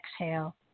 exhale